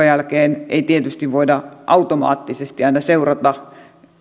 jälkeen ei tietysti voida automaattisesti aina seurata